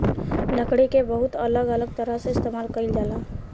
लकड़ी के बहुत अलग अलग तरह से इस्तेमाल कईल जाला